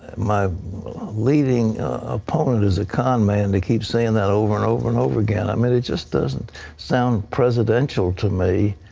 my leading opponent is a con man to keep saying that over and over and over again, i mean it just doesn't sound presidential to me.